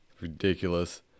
Ridiculous